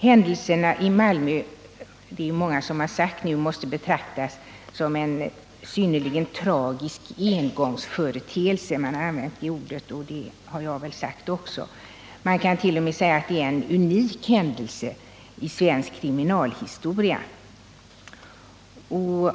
Många har här sagt att händelserna i Malmö måste betraktas som en synnerligen tragisk engångsföreteelse — det ordet har jag också använt i sammanhanget. Man kan t.o.m. säga att det är en unik händelse i svensk kriminalhistoria.